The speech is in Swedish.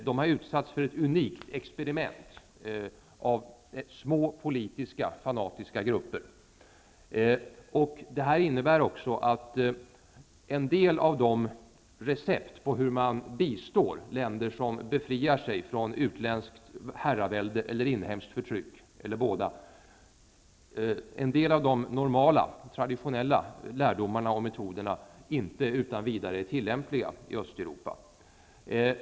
Man har utsatts för ett unikt experiment av små politiska fanatiska grupper. Detta innebär också att en del av de recept på hur länder bistås -- det gäller normala traditionella lärdomar och metoder -- som befriar sig från utländskt herravälde eller inhemskt förtryck, eller bådadera, inte utan vidare är tillämpliga i Östeuropa.